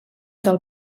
del